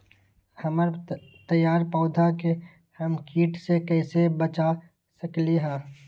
हमर तैयार पौधा के हम किट से कैसे बचा सकलि ह?